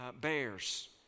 bears